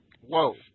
Whoa